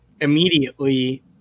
immediately